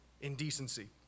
indecency